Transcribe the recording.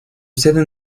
sede